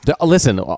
Listen